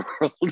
World